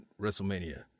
WrestleMania